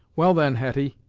well then, hetty,